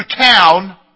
town